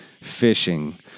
Fishing